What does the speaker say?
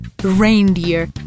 reindeer